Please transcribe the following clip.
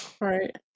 right